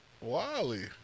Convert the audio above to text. Wally